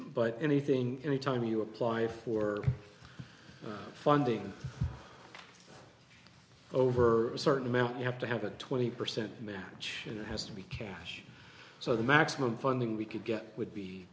but anything any time you apply for funding over a certain amount you have to have a twenty percent match and it has to be cash so the maximum funding we could get would be